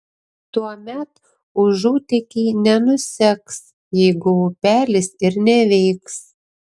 tuomet užutėkiai nenuseks jeigu upelis ir neveiks